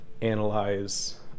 analyze